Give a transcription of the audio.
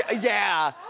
ah yeah.